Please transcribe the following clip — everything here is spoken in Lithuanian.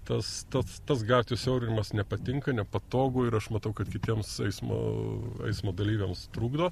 tas tas tas gatvių siaurinimas nepatinka nepatogu ir aš matau kad kitiems eismo eismo dalyviams trukdo